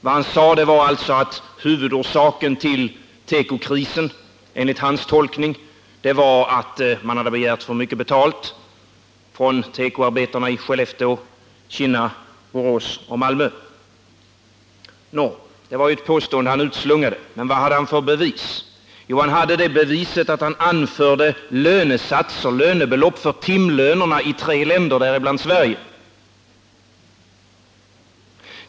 Vad han sade var alltså att huvudorsaken till tekokrisen enligt hans tolkning var att tekoarbetarna i Skellefteå, Kinna, Borås och Malmö begärt för mycket betalt. Nå, det var ett påstående som handelsministern utslungade, men vilka bevis hade han? Jo, han anförde timlönerna i tre länder, däribland Sverige.